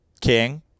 king